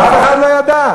ואף אחד לא ידע.